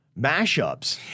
mashups